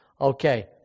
Okay